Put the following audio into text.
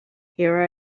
here